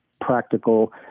practical